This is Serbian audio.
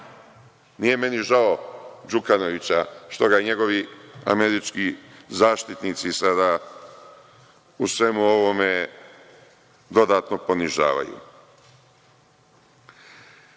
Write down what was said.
Nije meni žao Đukanovića što ga njegovi američki zaštitnici sada u svemu ovome dodatno ponižavaju. Šta